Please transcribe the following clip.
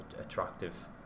attractive